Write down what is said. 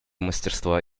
мастерства